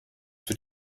für